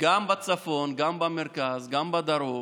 גם בצפון, גם במרכז, גם בדרום.